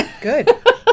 Good